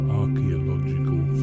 archaeological